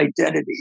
identity